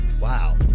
wow